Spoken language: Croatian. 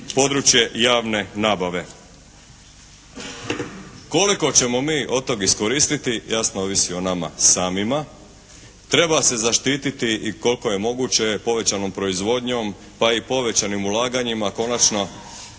područje javne nabave. Koliko ćemo mi od toga iskoristiti jasno ovisi o nama samima. Treba se zaštiti koliko je moguće povećanom proizvodnjom pa i povećanim ulaganjima konačno